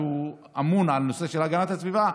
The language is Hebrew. שהוא אמון על הנושא של הגנת הסביבה,